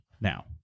now